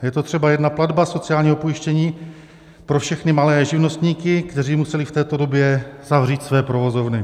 Je to třeba jedna platba sociálního pojištění pro všechny malé živnostníky, kteří museli v této době zavřít své provozovny.